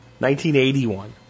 1981